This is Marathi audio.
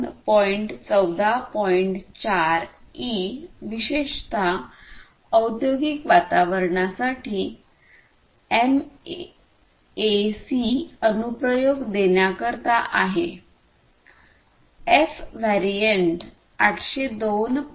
4 ई विशेषतः औद्योगिक वातावरणासाठी एमएसी अनुप्रयोग देण्याकरिता आहे एफ व्हेरिएंट 802